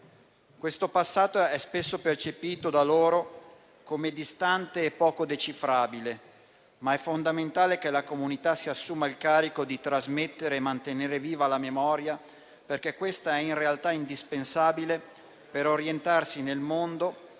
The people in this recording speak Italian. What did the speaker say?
Questo passato è spesso percepito da loro come distante e poco decifrabile, ma è fondamentale che la comunità si assuma il carico di trasmettere e mantenere viva la memoria, perché questa è in realtà indispensabile per orientarsi nel mondo e